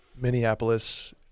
Minneapolis